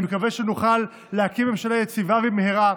ואני מקווה שנוכל להקים ממשלה יציבה במהרה,